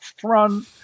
front